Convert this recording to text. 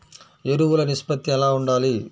ఎరువులు నిష్పత్తి ఎలా ఉండాలి?